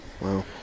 Wow